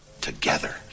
together